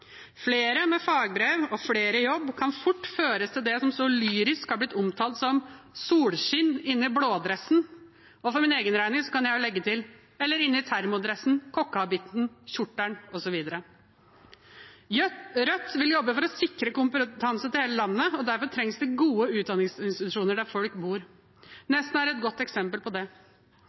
Flere med fagbrev og flere i jobb kan fort føre til det som så lyrisk har blitt omtalt som «Solskinn inni blådressen min», og for min egen regning kan jeg legge til termodressen, kokkehabitten, kjortelen, osv. Rødt vil jobbe for å sikre kompetanse til hele landet, og derfor trengs det gode utdanningsinstitusjoner der folk bor. Nesna er et godt eksempel på det.